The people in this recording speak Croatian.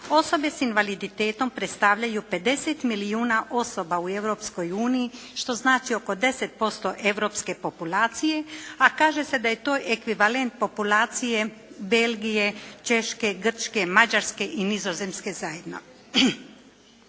Osobe s invaliditetom predstavljaju 50 milijuna osoba u Europskoj uniji što znači oko 10% europske populacije a kaže se da je to ekvivalent populacije Belgije, Češke, Grčke, Mađarske i Nizozemske zajedno.